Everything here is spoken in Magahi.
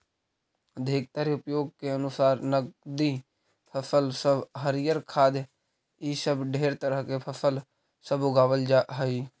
अधिकतर उपयोग के अनुसार नकदी फसल सब हरियर खाद्य इ सब ढेर तरह के फसल सब उगाबल जा हई